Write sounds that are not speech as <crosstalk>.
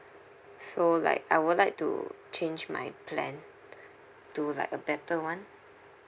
so like I would like to change my plan <breath> to like a better one